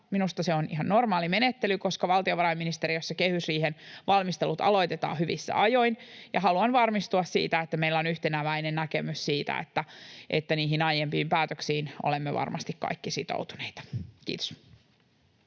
Minusta se on ihan normaali menettely, koska valtiovarainministeriössä kehysriihen valmistelut aloitetaan hyvissä ajoin ja haluan varmistua siitä, että meillä on yhteneväinen näkemys siitä, että niihin aiempiin päätöksiin olemme varmasti kaikki sitoutuneita. — Kiitos.